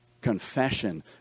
confession